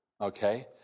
okay